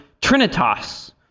Trinitas